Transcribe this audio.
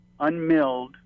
unmilled